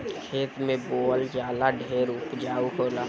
खेत में बोअल जाला ऊ फसल से इ वाला ढेर उपजाउ होला